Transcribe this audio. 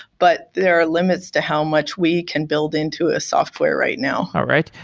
but there are limits to how much we can build into a software right now all right.